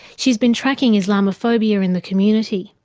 she's been tracking islamophobia in the community.